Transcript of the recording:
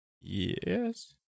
Yes